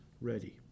ready